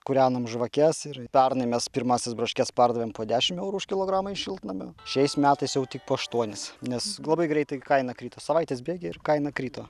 kūrenom žvakes ir pernai mes pirmąsias braškes pardavėm po dešimt eurų už kilogramą iš šiltnamio šiais metais jau tik po aštuonis nes labai greitai kaina krito savaitės bėgyje ir kaina krito